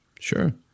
Sure